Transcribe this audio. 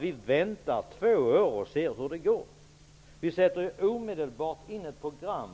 Vi väntar inte två år och ser hur det går. Vi sätter omedelbart in ett program.